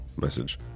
message